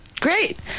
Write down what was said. Great